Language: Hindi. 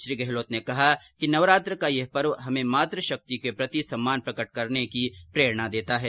श्री गहलोत ने कहा कि नवरात्र का यह पर्व हमें मात शक्ति के प्रति सम्मान प्रकट करने की प्रेरणा देता है